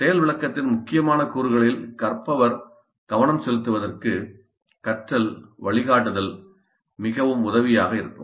செயல் விளக்கத்தின் முக்கியமான கூறுகளில் கற்பவர் கவனம் செலுத்துவதற்கு கற்றல் வழிகாட்டுதல் மிகவும் உதவியாக இருக்கும்